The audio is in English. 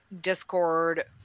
Discord